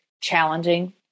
challenging